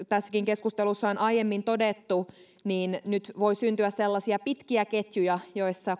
tässäkin keskustelussa on aiemmin todettu niin nyt voi syntyä sellaisia pitkiä ketjuja joissa